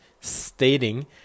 stating